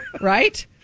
Right